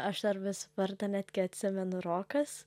aš dar vis vardą netgi atsimenu rokas